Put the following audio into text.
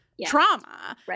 trauma